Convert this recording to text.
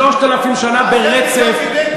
3,000 שנה ברצף,